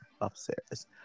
upstairs